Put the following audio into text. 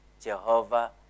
Jehovah